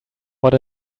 what